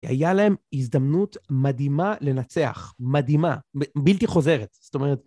היה להם הזדמנות מדהימה לנצח, מדהימה, בלתי חוזרת. זאת אומרת